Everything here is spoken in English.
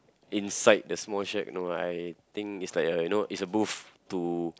inside the small shack no I think it's like a you know it's a booth to